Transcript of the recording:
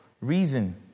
reason